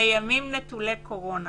בימים נטולי קורונה